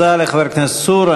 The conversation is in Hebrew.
תודה לחבר הכנסת צור.